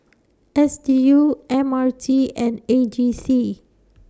S D U M R T and A G C